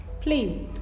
Please